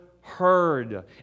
heard